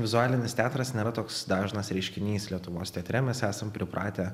vizualinis teatras nėra toks dažnas reiškinys lietuvos teatre mes esam pripratę